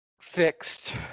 fixed